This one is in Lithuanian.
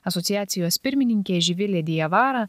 asociacijos pirmininkė živilė diavara